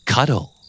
Cuddle